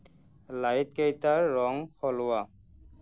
লাইটকেইটাৰ ৰং সলোঁৱা